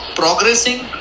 progressing